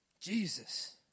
Jesus